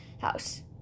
house